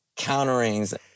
counterings